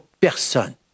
personne